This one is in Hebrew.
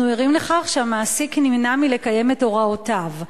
אנחנו ערים לכך שהמעסיק נמנע מלקיים את הוראותיו?